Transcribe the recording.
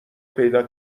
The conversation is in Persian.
پیدا